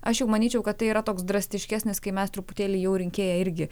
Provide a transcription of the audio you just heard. aš jau manyčiau kad tai yra toks drastiškesnis kai mes truputėlį jau rinkėją irgi